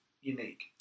unique